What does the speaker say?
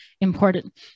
important